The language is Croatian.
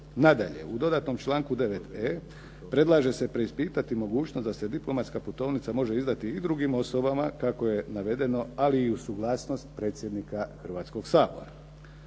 Nadalje, u dodatnom članku 9.e predlaže se preispitati mogućnost da se diplomatska putovnica može izdati i drugim osobama kako je navedeno, ali i uz suglasnost predsjednika Hrvatskoga sabora.